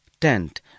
tent